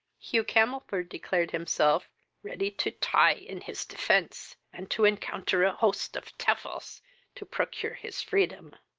hugh camelford declared himself ready to tie in his defence, and to encounter a host of tevils to procure his freedom.